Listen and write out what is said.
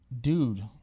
Dude